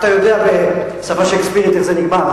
אתה יודע בשפה שייקספירית איך זה נגמר,